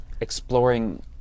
exploring